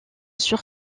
sur